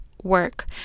Work